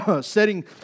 setting